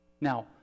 Now